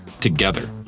together